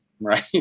Right